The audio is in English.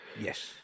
Yes